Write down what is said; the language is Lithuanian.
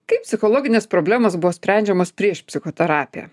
kaip psichologinės problemos buvo sprendžiamos prieš psichoterapiją